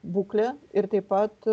būklę ir taip pat